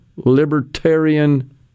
libertarian